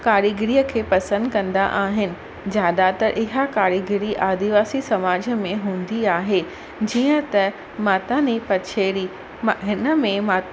कारीगरीअ खे पसंदि कंदा आहिनि ज्यादातरु इहा कारीगरी आदिवासी समाज में हूंदी आहे जीअं त माता नि पछेरी म हिन में